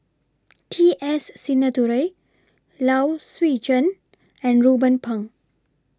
T S Sinnathuray Low Swee Chen and Ruben Pang